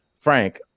Frank